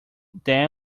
then